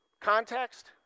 Context